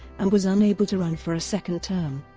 and was unable to run for a second term.